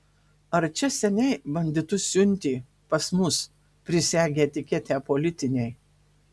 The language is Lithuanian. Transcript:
ar čia seniai banditus siuntė pas mus prisegę etiketę politiniai